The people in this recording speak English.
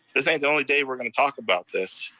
this ain't the only day we're gonna talk about this.